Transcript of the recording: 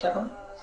ההיתר הוא לא